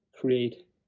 create